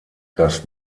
das